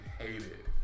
hated